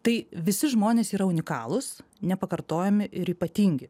tai visi žmonės yra unikalūs nepakartojami ir ypatingi